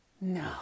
no